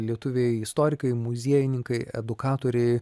lietuviai istorikai muziejininkai edukatoriai